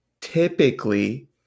typically